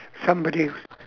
somebody